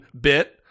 bit